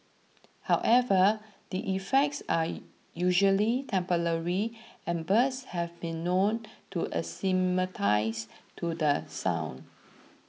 however the effects are usually temporary and birds have been known to acclimatise to the sound